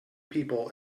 people